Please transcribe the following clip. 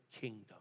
kingdom